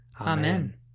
Amen